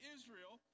Israel